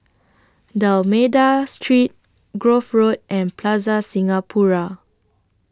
D'almeida Street Grove Road and Plaza Singapura